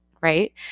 right